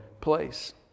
place